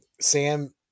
Sam